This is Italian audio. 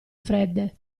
fredde